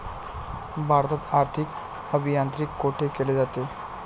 भारतात आर्थिक अभियांत्रिकी कोठे केले जाते?